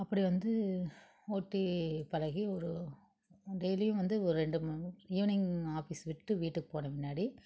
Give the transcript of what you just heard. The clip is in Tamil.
அப்படி வந்து ஓட்டி பழகி ஒரு டெய்லியும் வந்து ஒரு ரெண்டு மண் ஈவினிங் ஆஃபிஸ் விட்டு வீட்டுக்கு போன பின்னாடி